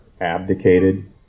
abdicated